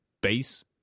base